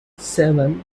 seven